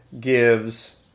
gives